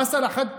המס על החד-פעמי,